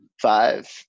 Five